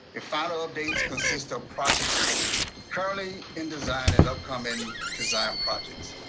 the follow up dates consist of projects currently in design and upcoming design projects.